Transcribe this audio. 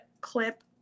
clip